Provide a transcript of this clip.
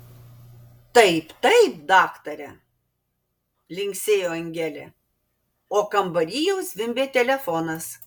taip taip daktare linksėjo angelė o kambary jau zvimbė telefonas